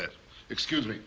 that excuse me